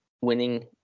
winning